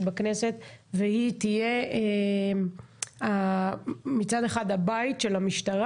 בכנסת והיא תהיה מצד אחד הבית של המשטרה.